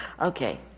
Okay